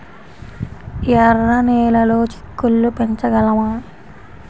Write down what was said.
ఎర్ర నెలలో చిక్కుళ్ళు పెంచగలమా?